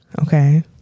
Okay